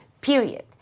period